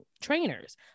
trainers